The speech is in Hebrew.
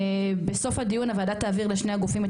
בסוף הדיון הוועדה תעביר לשני הגופים את